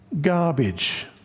garbage